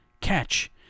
catch